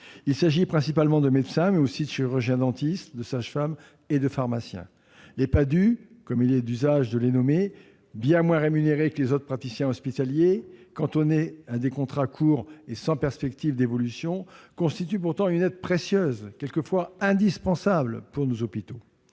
Il s'agit principalement de médecins, mais aussi de chirurgiens-dentistes, de sages-femmes et de pharmaciens. Les Padhue, comme il est d'usage de les nommer, bien moins rémunérés que les autres praticiens hospitaliers et cantonnés à des contrats courts sans perspectives d'évolution, constituent pourtant une aide précieuse, quelquefois indispensable, pour nos hôpitaux.